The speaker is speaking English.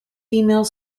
female